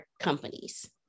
companies